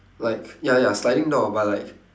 like ya ya sliding door but like